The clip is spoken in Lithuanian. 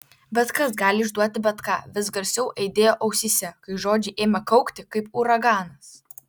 bet kas gali išduoti bet ką vis garsiau aidėjo ausyse kol žodžiai ėmė kaukti kaip uraganas